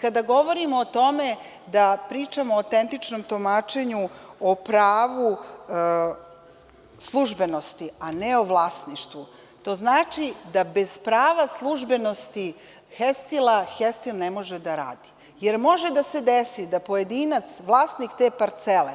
Kada govorimo o tome da pričamo o autentičnom tumačenju, o pravu službenosti, a ne o vlasništvu, to znači da bez prava službenosti „Hestila“ „Hestil“ ne možda da radi, jer može da se desi da pojedinac vlasnik te parcele